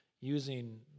using